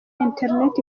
internet